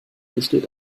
besteht